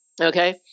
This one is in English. Okay